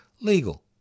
Legal